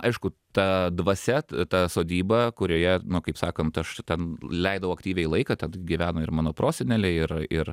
aišku ta dvasia ta sodyba kurioje kaip sakant aš ten leidau aktyviai laiką gyveno ir mano proseneliai ir ir